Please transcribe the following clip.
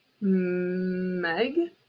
meg